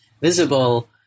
visible